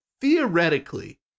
theoretically